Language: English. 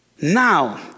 Now